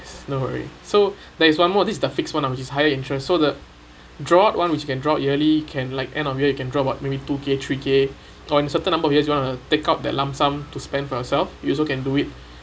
no worry so there is one more this is the fixed one which is higher interest so the draw out one which you can draw yearly can like end of year you can draw about maybe two K three K on certain number of years you want to take out that lump sum to spend for yourself you also can do it